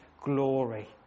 glory